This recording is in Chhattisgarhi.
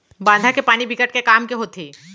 बांधा के पानी बिकट के काम के होथे